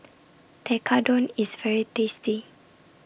Tekkadon IS very tasty